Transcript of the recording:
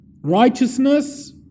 righteousness